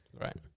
Right